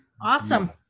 Awesome